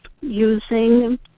using